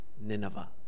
Nineveh